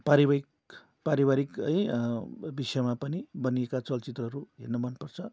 पारिवायिक पारिवारिक है विषयमा पनि बनिएका चलचित्रहरू हेर्न मनपर्छ